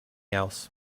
else